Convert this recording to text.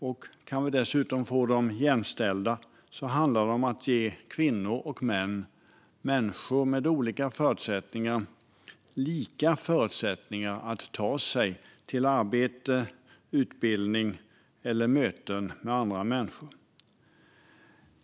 Ska vi dessutom få dem jämställda handlar det om att ge kvinnor och män, människor med olika förutsättningar, lika förutsättningar att ta sig till arbete, utbildning eller möten med andra människor.